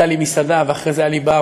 הייתה לי מסעדה, ואחרי זה היה לי בר.